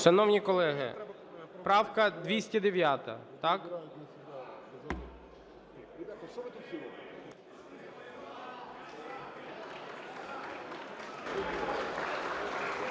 Шановні колеги, правка